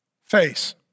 face